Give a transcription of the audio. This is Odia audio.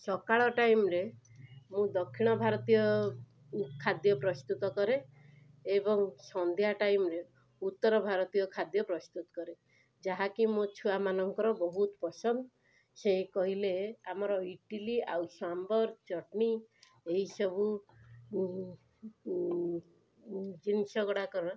ସକାଳ ଟାଇମ୍ରେ ମୁଁ ଦକ୍ଷିଣ ଭାରତୀୟ ଖାଦ୍ୟ ପ୍ରସ୍ତୁତ କରେ ଏବଂ ସନ୍ଧ୍ୟା ଟାଇମ୍ରେ ଉତ୍ତର ଭାରତୀୟ ଖାଦ୍ୟ ପ୍ରସ୍ତୁତ କରେ ଯାହାକି ମୋ ଛୁଆମାନଙ୍କର ବହୁତ ପସନ୍ଦ ସେ କହିଲେ ଆମର ଇଟିଲି ଆଉ ସାମ୍ବର ଚଟଣି ଏହିସବୁ ଜିନିଷ ଗୁଡ଼ାକ